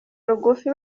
rugufi